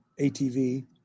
ATV